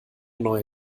neue